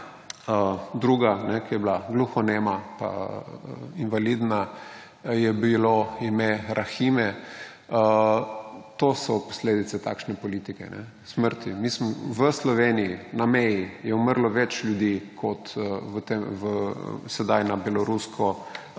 druga, ki je bila gluhonema pa invalidna, ji je bilo ime Rahime. To so posledice takšne politike, smrti. V Sloveniji na meji je umrlo več ljudi kot sedaj na belorusko-poljski